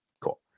cool